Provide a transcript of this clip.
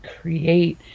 create